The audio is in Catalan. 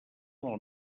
del